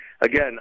again